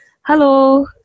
Hello